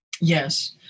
Yes